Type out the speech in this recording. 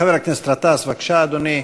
חבר הכנסת גטאס, בבקשה, אדוני.